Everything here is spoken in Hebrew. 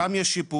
שם יש שיפור,